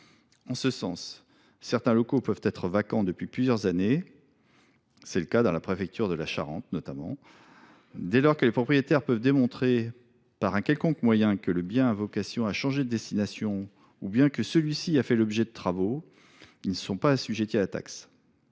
En ce sens, certains locaux peuvent être vacants depuis plusieurs années ; le cas existe dans la préfecture de la Charente. Dès lors que les propriétaires peuvent démontrer par un quelconque moyen que le bien a vocation à changer de destination, ou bien que celui ci a fait l’objet de travaux, alors ils ne sont pas assujettis à la taxe.